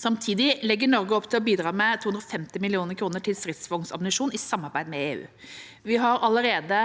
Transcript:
Samtidig legger Norge opp til å bidra med 250 mill. kr til stridsvognammunisjon i samarbeid med EU. Vi har allerede